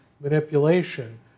manipulation